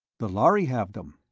the lhari have them.